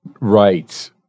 Right